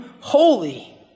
holy